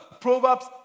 Proverbs